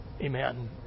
Amen